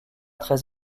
très